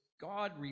God